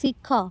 ଶିଖ